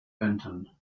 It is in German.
benton